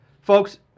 Folks